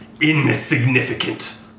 Insignificant